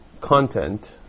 content